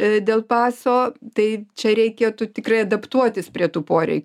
a dėl paso tai čia reikėtų tikrai adaptuotis prie tų poreikių